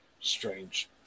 strange